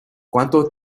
cuánto